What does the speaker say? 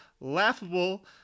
laughable